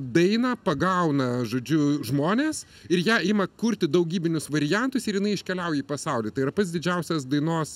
dainą pagauna žodžiu žmonės ir ją ima kurti daugybinius variantus ir jinai iškeliauja į pasaulį tai yra pats didžiausias dainos